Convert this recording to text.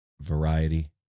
variety